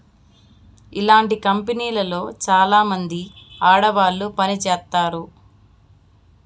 ఇలాంటి కంపెనీలో చాలామంది ఆడవాళ్లు పని చేత్తారు